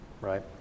right